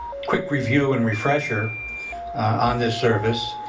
quick review and refresher on this service,